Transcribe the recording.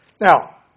Now